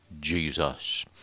Jesus